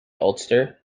ulster